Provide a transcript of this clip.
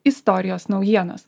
istorijos naujienos